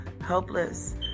helpless